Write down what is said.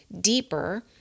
deeper